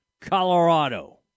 Colorado